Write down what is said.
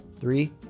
three